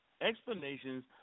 explanations